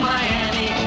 Miami